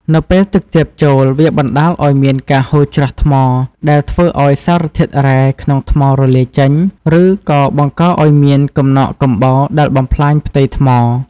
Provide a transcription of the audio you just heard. នៅពេលទឹកជ្រាបចូល វាបណ្ដាលឱ្យមានការហូរច្រោះថ្ម ដែលធ្វើឱ្យសារធាតុរ៉ែក្នុងថ្មរលាយចេញ ឬក៏បង្កឱ្យមានកំណកកំបោរដែលបំផ្លាញផ្ទៃថ្ម។